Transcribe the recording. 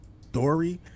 story